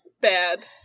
bad